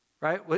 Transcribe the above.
right